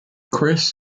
chris